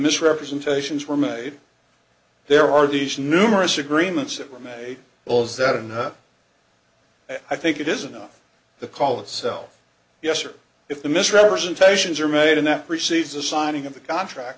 misrepresentations were made there are these numerous agreements that were made all of that and i think it is enough to call itself yes or if the misrepresentations are made in that receives a signing of the contract